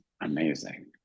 amazing